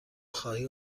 خواهی